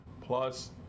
Plus